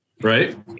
right